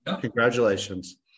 Congratulations